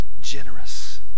generous